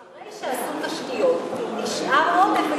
אחרי שעשו תשתיות נשאר עודף,